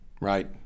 right